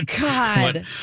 God